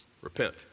Repent